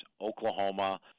Oklahoma